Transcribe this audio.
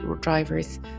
drivers